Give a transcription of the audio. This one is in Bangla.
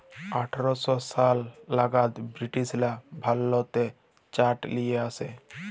আঠার শ সাল লাগাদ বিরটিশরা ভারতেল্লে চাঁট লিয়ে আসে